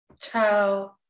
Ciao